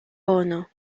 ono